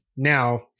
Now